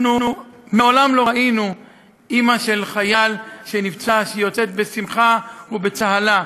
אנחנו מעולם לא ראינו אימא של חייל שנפצע שיוצאת בשמחה ובצהלה.